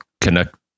connect